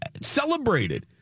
celebrated